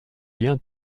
lien